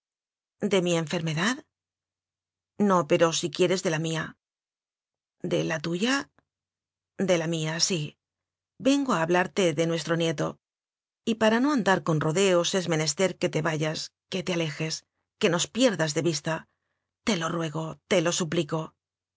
de mi enfermedad no pero si quieres de la mía de la tuya de la mía sí vengo a hablarte de nues tro nieto y para no andar con rodeos es me nester que te vayas que te alejes que nos pierdas de vista te lo ruego te lo suplico